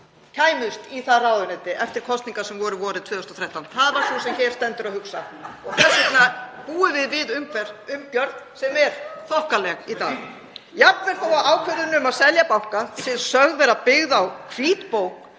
kæmust í það ráðuneyti eftir kosningar sem voru vorið 2013. Það var sú sem hér stendur að hugsa. Þess vegna búum við við umgjörð sem er þokkaleg í dag. Jafnvel þó að ákvörðunin um að selja banka sé sögð vera byggð á hvítbók